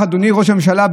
אדוני ראש הממשלה,